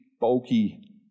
bulky